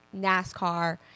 NASCAR